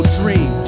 dream